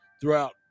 throughout